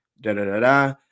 da-da-da-da